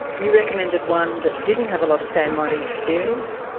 you recommended one that didn't have a lot of sand mining experience,